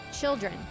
Children